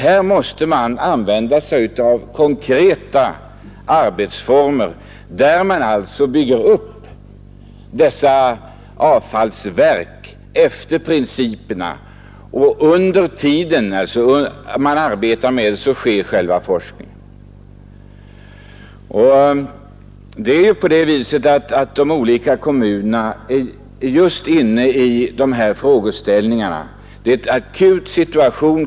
Här måste man använda konkreta arbetsformer och börja bygga upp dessa avfallsverk efter givna principer samtidigt som själva forskningen bedrivs. De olika kommunerna står just inför sådana frågeställningar. Kommunerna befinner sig i en akut situation.